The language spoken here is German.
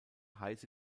heiße